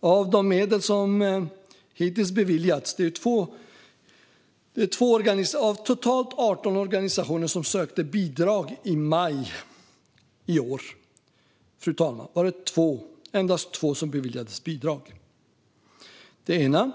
När det gäller de medel som hittills har beviljats var det endast två av de totalt 18 organisationer som sökte bidrag i maj i år som beviljades bidrag. Den ena